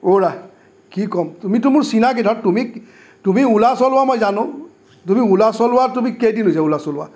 হৌৰা কি ক'ম তুমিতো মোৰ চিনাকি ন তুমি তুমি অ'লা চলোৱা মই জানোঁ তুমি অ'লা চলোৱা তুমি কেইদিন হৈছে অ'লা চলোৱা